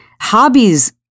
hobbies